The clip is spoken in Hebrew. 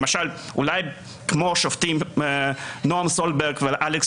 למשל אולי כמו השופטים נועם סולברג ואלכס